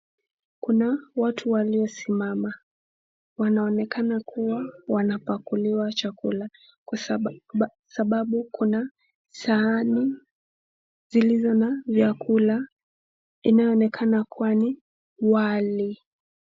Kuna watu walio simama, wanaonekana kuwa wanapakuliwa chakula, sababu kuna sahani zilizo na vyakula inayoonekana kuwa ni wali.